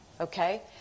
Okay